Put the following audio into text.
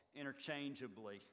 interchangeably